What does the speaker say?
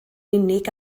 unig